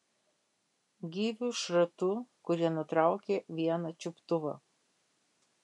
gyvių šratų kurie nutraukė vieną čiuptuvą